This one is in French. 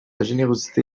générosité